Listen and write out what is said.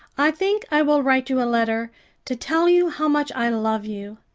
i think i will write you a letter to tell you how much i love you.